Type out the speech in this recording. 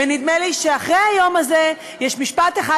ונדמה לי שאחרי היום הזה יש משפט אחד